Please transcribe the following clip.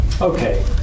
Okay